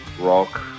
rock